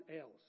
else